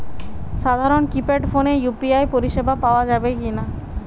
সাধারণ কিপেড ফোনে ইউ.পি.আই পরিসেবা পাওয়া যাবে কিনা?